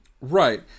Right